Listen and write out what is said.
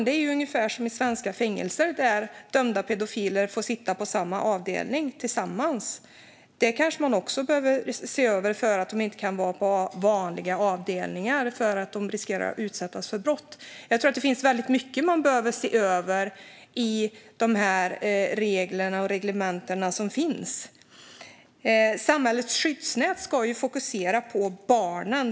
Det är ungefär som i svenska fängelser där dömda pedofiler får sitta tillsammans på samma avdelning, eftersom de inte kan vara på vanliga avdelningar då de riskerar att utsättas för brott. Det behöver man kanske också se över. Jag tror att det finns mycket som man behöver se över i de regler och reglementen som finns. Samhällets skyddsnät ska fokusera på barnen.